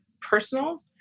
personal